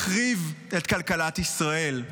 מחריב את כלכלת ישראל.